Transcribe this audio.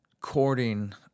courting